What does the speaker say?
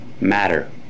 matter